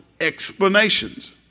explanations